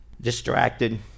Distracted